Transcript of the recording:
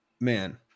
man